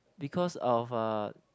because of uh